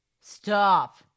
Stop